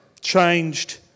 Changed